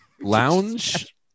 Lounge